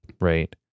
right